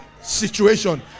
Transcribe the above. situation